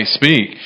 speak